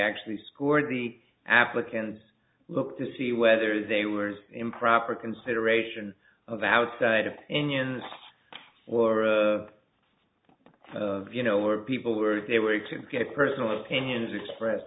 actually scored the applicants look to see whether they were improper consideration of outside of indians or of you know where people were they were to get a personal opinions expressed